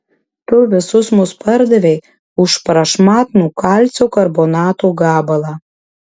tu visus mus pardavei už prašmatnų kalcio karbonato gabalą